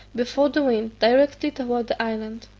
before the wind, directly towards the island.